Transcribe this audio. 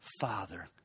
father